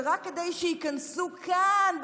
שרק כדי שייכנסו כאן,